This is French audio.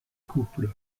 couple